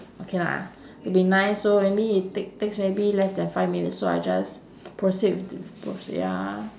okay lah to be nice so maybe it take takes maybe less than five minutes so I just proceed with t~ proceed ya